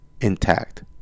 intact